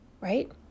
right